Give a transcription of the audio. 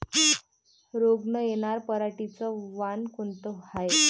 रोग न येनार पराटीचं वान कोनतं हाये?